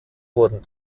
wurden